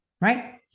right